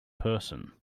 person